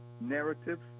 Narratives